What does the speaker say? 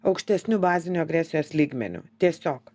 aukštesniu baziniu agresijos lygmeniu tiesiog